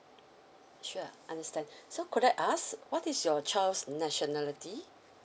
sure understand so could I ask what is your child's nationality